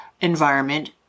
environment